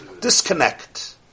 disconnect